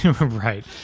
right